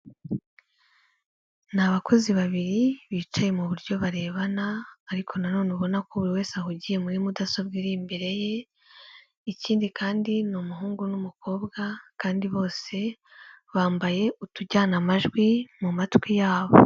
Ni abakozi babiri bicaye mu buryo barebana, ariko nanone ubona ko buri wese ahugiye muri mudasobwa iri imbere ye, ikindi kandi ni umuhungu n'umukobwa kandi bose bambaye utujyana amajwi mu matwi yabo.